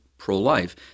Pro-life